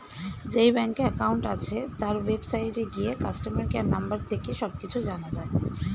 যেই ব্যাংকে অ্যাকাউন্ট আছে, তার ওয়েবসাইটে গিয়ে কাস্টমার কেয়ার নম্বর থেকে সব কিছু জানা যায়